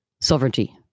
sovereignty